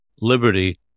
liberty